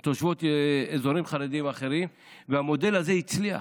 הן תושבות אזורים חרדיים אחרים, והמודל הזה הצליח.